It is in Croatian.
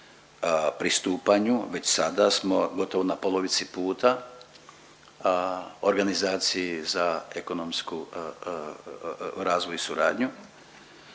pristupanju, već sada smo gotovo na polovici puta, organizaciji za ekonomsku razvoj i suradnju,